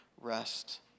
rest